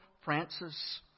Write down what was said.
Francis